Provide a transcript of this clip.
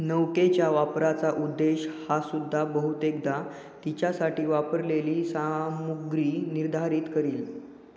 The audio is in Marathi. नौकेच्या वापराचा उद्देश हा सुद्धा बहुतेकदा तिच्यासाठी वापरलेली सामुग्री निर्धारित करील